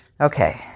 Okay